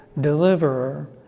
deliverer